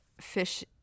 fish